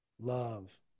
Love